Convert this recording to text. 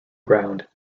ground